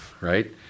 right